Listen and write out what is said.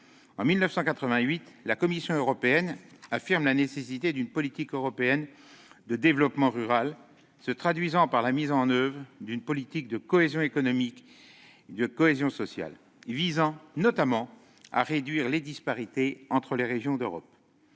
en 1988, la Commission européenne affirme la nécessité d'une politique européenne de développement rural, se traduisant par la mise en oeuvre d'une politique de cohésion économique et sociale, visant notamment à réduire les disparités entre les régions d'Europe.